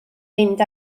mynd